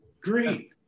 Great